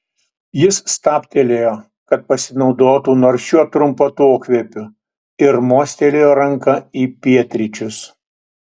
jis stabtelėjo kad pasinaudotų nors šiuo trumpu atokvėpiu ir mostelėjo ranka į pietryčius